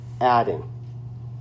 adding